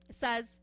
says